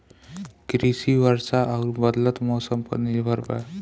कृषि वर्षा आउर बदलत मौसम पर निर्भर बा